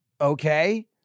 okay